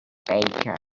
baker